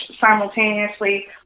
simultaneously